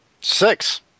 six